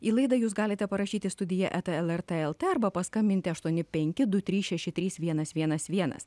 į laidą jūs galite parašyti studija eta lrt lt arba paskambinti aštuoni penki du trys šeši trys vienas vienas vienas